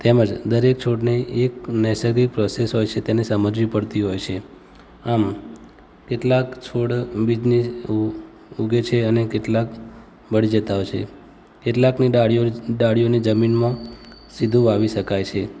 તેમજ દરેક છોડને એક નૈસર્ગિક પ્રોસેસ હોય છે તેને સમજવી પડતી હોય છે આમ કેટલાક છોડ બીજની ઉ ઉગે છે અને કેટલાક બળી જતા હોય છે કેટલાકને ડાળીઓ ડાળીઓ જમીનમાં સીધું વાવી શકાય છે